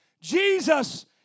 Jesus